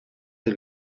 del